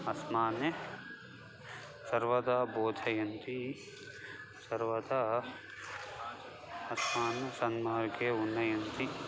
अस्मान् सर्वदा बोधयन्ति सर्वदा अस्मान् सन्मार्गे उन्नयन्ति